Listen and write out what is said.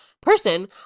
person